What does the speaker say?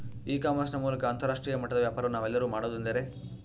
E commerce ನ ಮೂಲಕ ಅಂತರಾಷ್ಟ್ರೇಯ ಮಟ್ಟದ ವ್ಯಾಪಾರವನ್ನು ನಾವೆಲ್ಲರೂ ಮಾಡುವುದೆಂದರೆ?